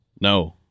No